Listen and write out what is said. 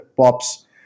Pops